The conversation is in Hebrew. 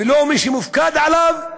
ולא מי שמופקד עליו,